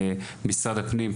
משרד הפנים,